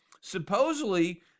supposedly